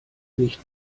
nicht